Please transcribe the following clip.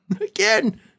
again